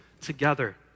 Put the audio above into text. together